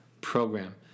program